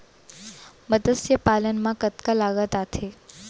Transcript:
मतस्य पालन मा कतका लागत आथे?